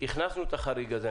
הכנסנו את החריג הזה.